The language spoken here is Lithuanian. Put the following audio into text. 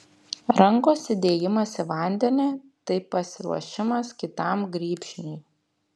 rankos įdėjimas į vandenį tai pasiruošimas kitam grybšniui